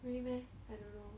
really meh I don't know